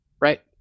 right